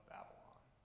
Babylon